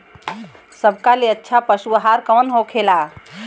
सबका ले अच्छा पशु आहार कवन होखेला?